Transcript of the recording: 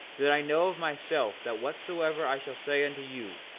that i know of myself that whatsoever i shall say unto you,